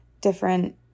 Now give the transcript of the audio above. different